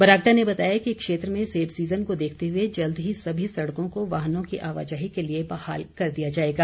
बरागटा ने बताया कि क्षेत्र में सेब सीजन को देखते हुए जल्द ही सभी सड़कों को वाहनों की आवाजाही के लिए बहाल कर दिया जाएगा